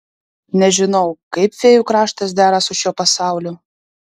nežinau kaip fėjų kraštas dera su šiuo pasauliu